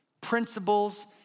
principles